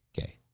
Okay